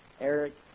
Eric